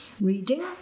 reading